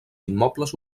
immobles